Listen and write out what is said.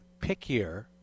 pickier